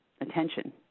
attention